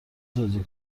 توزیع